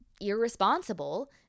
irresponsible